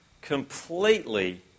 completely